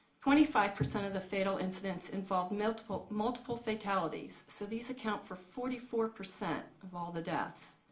twenty-five percent of the fatal incidents involved multiple multiple fatalities. so, these account for forty four percent of all the deaths.